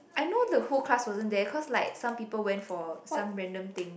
I know the whole class wasn't there cause like some people went for some random thing